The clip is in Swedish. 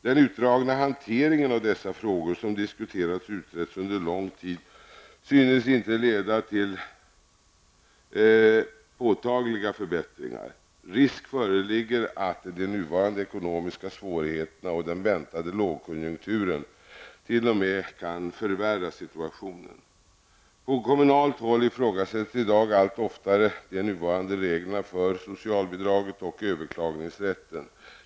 Den utdragna hanteringen av dessa frågor, som diskuterats och utretts under lång tid, synes inte leda till några påtagliga förbättringar. Risk föreligger att de nuvarande ekonomiska svårigheterna och den väntade lågkonjunkturen t.o.m. kan förvärra situationen. På kommunalt håll ifrågasätts i dag allt oftare de nuvarande reglerna för socialbidraget och överklagningsrätten.